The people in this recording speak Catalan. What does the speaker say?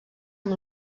amb